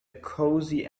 cozy